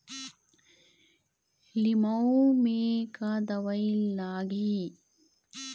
लिमाऊ मे का दवई लागिही?